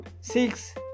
six